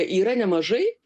yra nemažai